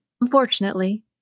Unfortunately